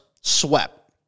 swept